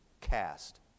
cast